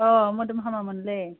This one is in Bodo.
अ मोदोम हामा मोनलै